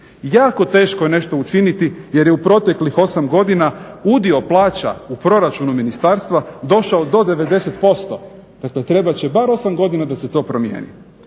Jako teško je nešto učiniti jer je u proteklih 8 godina udio plaća u proračunu ministarstva došao do 90%. Dakle, trebat će bar 8 godina da se to promijeni.